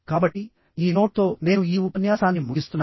కాబట్టిఈ నోట్ తో నేను ఈ ఉపన్యాసాన్ని ముగిస్తున్నాను